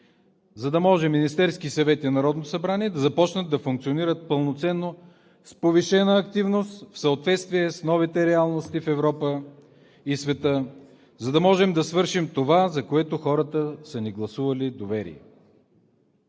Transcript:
за да може Министерският съвет и Народното събрание да започнат да функционират пълноценно с повишена активност в съответствие с новите реалности в Европа и в света, за да можем да свършим това, за което хората са ни гласували доверие.